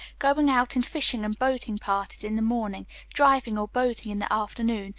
going out in fishing and boating parties in the morning, driving or boating in the afternoon,